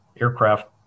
aircraft